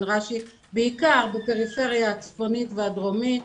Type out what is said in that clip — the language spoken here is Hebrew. רש"י בעיקר בפריפריה הצפונית והדרומית,